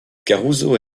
caruso